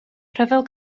rhyfel